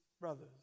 brothers